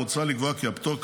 מוצע לקבוע כי הפטור,